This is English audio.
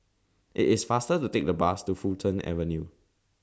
IT IS faster to Take The Bus to Fulton Avenue